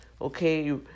okay